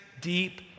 deep